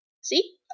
See